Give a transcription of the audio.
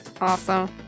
awesome